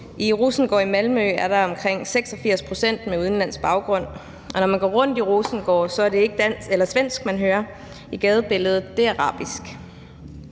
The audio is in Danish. I Rosengård i Malmø er der omkring 86 pct. med udenlandsk baggrund, og når man går rundt i Rosengård, er det ikke svensk, man hører i gadebilledet, men arabisk.